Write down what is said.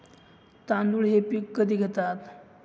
तांदूळ हे पीक कधी घेतात?